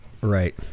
Right